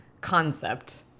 concept